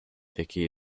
vicki